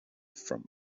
from